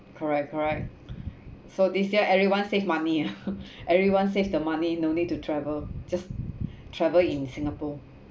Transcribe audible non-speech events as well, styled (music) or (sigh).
correct correct so this year everyone save money ah (laughs) everyone save the money no need to travel just travel in singapore